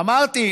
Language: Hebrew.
אמרתי,